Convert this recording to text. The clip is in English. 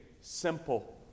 simple